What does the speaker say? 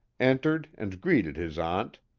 entered and greeted his aunt,